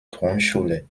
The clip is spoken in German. grundschule